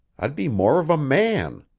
i'd be more of a man.